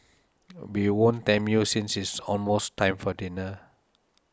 we won't tempt you since it's almost time for dinner